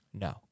No